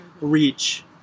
reach